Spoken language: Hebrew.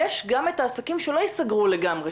יש גם את העסקים שלא יסגרו לגמרי,